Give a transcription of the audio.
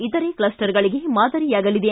ಇತರೆ ಕ್ಷಸ್ಸರ್ಗಳಿಗೆ ಮಾದರಿಯಾಗಲಿದೆ